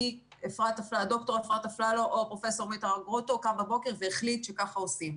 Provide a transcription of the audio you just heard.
כי ד"ר אפרת אפללו או פרופ' איתמר גרוטו קמו בבוקר והחליטו שכך עושים,